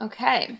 Okay